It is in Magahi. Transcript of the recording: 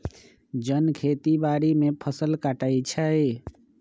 जन खेती बाड़ी में फ़सल काटइ छै